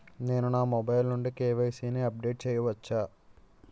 నేను నా మొబైల్ నుండి కే.వై.సీ ని అప్డేట్ చేయవచ్చా?